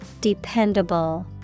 Dependable